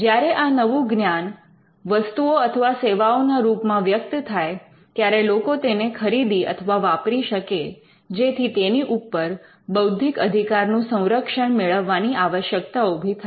જ્યારે આ નવું જ્ઞાન વસ્તુઓ અથવા સેવાઓના રૂપમાં વ્યક્ત થાય ત્યારે લોકો તેને ખરીદી અથવા વાપરી શકે જેથી તેની ઉપર બૌદ્ધિક અધિકારનું સંરક્ષણન મેળવવાની આવશ્યકતા ઊભી થાય